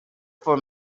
for